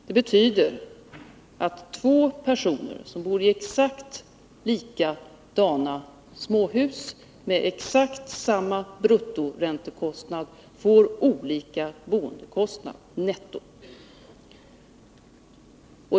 Det betyder att två personer som bor i exakt likadana småhus med exakt samma bruttoräntekostnad får olika boendekostnader netto.